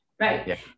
Right